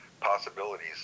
possibilities